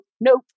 nope